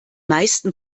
meisten